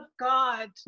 God